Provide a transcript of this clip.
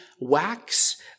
wax